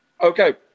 Okay